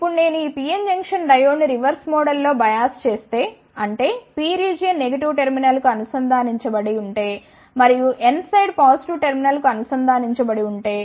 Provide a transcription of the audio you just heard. ఇప్పుడు నేను ఈ PN జంక్షన్ డయోడ్ను రివర్స్ మోడ్లో బయాస్ చేస్తే అంటే P రీజియన్ నెగిటివ్ టెర్మినల్కు అనుసంధానించబడి ఉంటే మరియు N సైడ్ పాజిటివ్ టెర్మినల్కు అనుసంధానించబడి ఉంటే